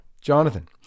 jonathan